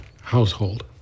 household